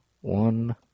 one